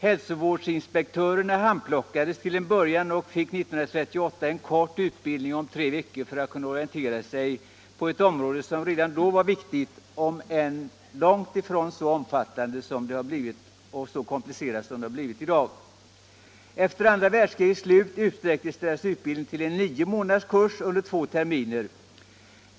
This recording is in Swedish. Hälsovårdsinspektörerna handplockades till en början och fick 1938 en kort utbildning på tre veckor för att kunna orientera sig inom ett område som redan då var viktigt, om än långt ifrån så omfattande och komplicerad som det har blivit i dag. Efter andra världskrigets slut utsträcktes deras utbildning till en nio månaders kurs under två terminer.